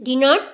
দিনত